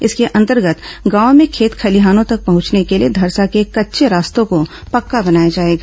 इसके अंतर्गत गांवों में खेत खलिहानों तक पहुंचने के लिए धरसा के कच्चे रास्तों को पक्का बनाया जाएगा